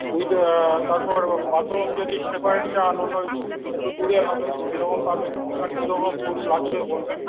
with তারপর bathroom যদি separate চান অন্য একটু দূরে হবে সেরকম পাবেন আপনার কিরকম রুম লাগবে বলবেন